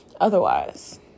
otherwise